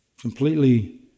completely